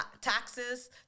taxes